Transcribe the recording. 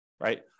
Right